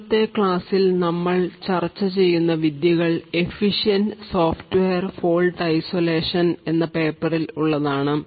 ഇന്നത്തെ ക്ലാസ്സിൽ നമ്മൾ നമ്മൾ ചർച്ച ചെയ്യുന്ന വിദ്യകൾ എഫിഷ്യൻൻറ് സോഫ്റ്റ്വെയർ ഫോൾട് ഐസൊലേഷൻ എന്ന് പേപ്പറിൽ SOSP1993 ഉള്ളതാണ്